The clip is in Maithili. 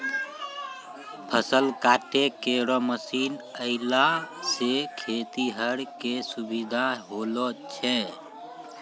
फसल काटै केरो मसीन आएला सें खेतिहर क सुबिधा होलो छै